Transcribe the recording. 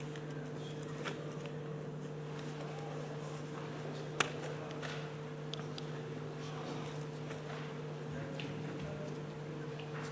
459. ישיב השר יאיר שמיר, שר החקלאות.